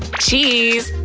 cheese!